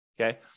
okay